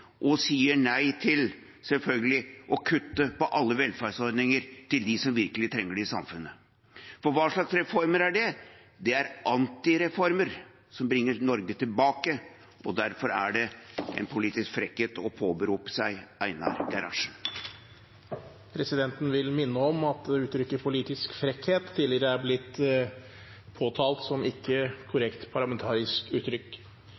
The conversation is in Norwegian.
og sier nei til, selvfølgelig, å kutte i alle velferdsordninger til dem som virkelig trenger det i samfunnet. For hva slags reformer er det? Det er antireformer, som bringer Norge tilbake, og derfor er det en politisk frekkhet å påberope seg Einar Gerhardsen. Presidenten vil minne om at uttrykket «politisk frekkhet» tidligere er blitt påtalt som et ikke korrekt parlamentarisk uttrykk.